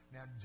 Now